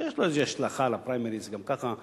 שיש לו איזה השלכה על הפריימריז גם ככה,